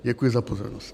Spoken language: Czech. Děkuji za pozornost.